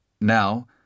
Now